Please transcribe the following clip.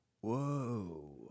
Whoa